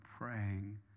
praying